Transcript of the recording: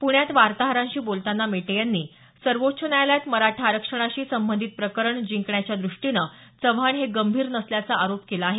पुण्यात वार्ताहरांशी बोलतांना मेटे यांनी सर्वोच्च न्यायालयात मराठा आरक्षणाशी संबंधित प्रकरण जिंकण्याच्या द्रष्टीने चव्हाण हे गंभीर नसल्याचा आरोप केला आहे